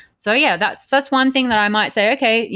so yeah, that's that's one thing that i might say, okay, yeah